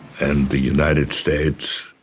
and the united states